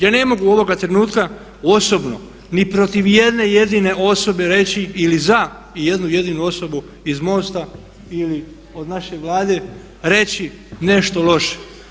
Ja ne mogu ovoga trenutka osobno ni protiv jedne jedine osobe reći ili za jednu jedinu osobu iz MOST-a ili od naše Vlade reći nešto loše.